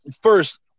first